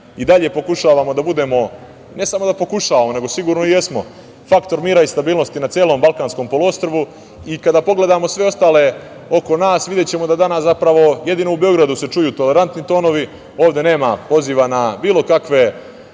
i dalje pokušavamo da budemo, ne samo da pokušavamo, nego sigurno i jesmo, faktor mira i stabilnost na celom Balkanskom poluostrvu i kada pogledamo sve ostale oko nas videćemo da danas zapravo jedino u Beogradu se čuju tolerantni tonovi. Ovde nema poziva na bilo kakve